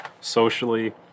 socially